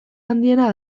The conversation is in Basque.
handiena